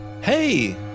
Hey